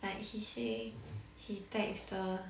like he say he text the